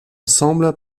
ensemble